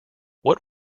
what